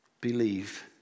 Believe